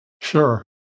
Sure